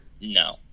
No